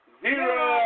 zero